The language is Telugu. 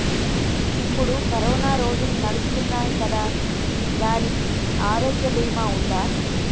ఇప్పుడు కరోనా రోజులు నడుస్తున్నాయి కదా, దానికి ఆరోగ్య బీమా ఉందా?